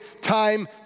time